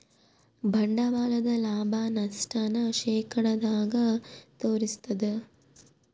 ಬಂಡವಾಳದ ಲಾಭ, ನಷ್ಟ ನ ಶೇಕಡದಾಗ ತೋರಿಸ್ತಾದ